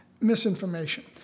misinformation